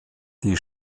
die